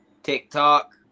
TikTok